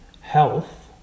health